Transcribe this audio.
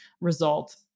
result